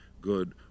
good